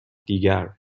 دیگر